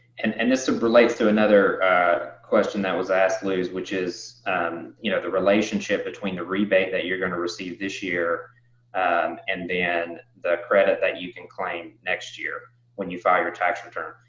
and and this relates to another question that was asked, luz, which is um you know the relationship between the rebate that you're going to receive this year and and then the credit that you can claim next year when you file your tax return.